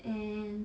and